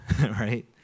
right